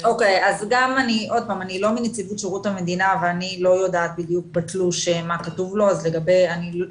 אני לא בנציבות שירות המדינה ואני לא יודעת מה כתוב לו בדיוק בתלוש.